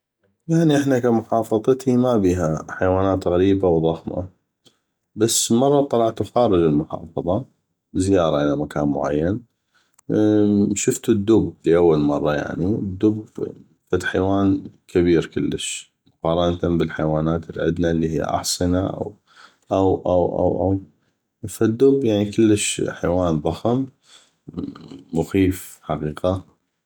يعني احنا ك محافظتي ما بيها حيوانات غريبة وضخمه بس مره طلعتو خارج المحافظة زياره الى مكان معين شفتو الدب لاول مره يعني الدب فدحيوان كبير كلش مقارنة بالحيوانات اللي عدنا اللي هيه احصنه أو أو أو ف الدب يعني كلش حيوان ضخم مخيف حقيقة